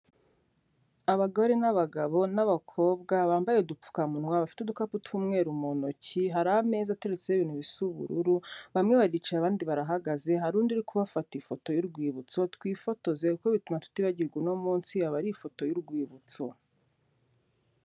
Abagore n'abagabo n'abakobwa bambaye udupfukamunwa, bafite udukapu tw'umweru mu ntoki, hari ameza ateretseho ibintu bisa ubururu, bamwe baricaye abandi barahagaze, hari undi uri kubafata ifoto y'urwibutso, twifotoze kuko bituma tutibagirwa uno munsi, aba ari ifoto y'urwibutso.